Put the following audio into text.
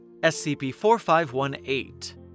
SCP-4518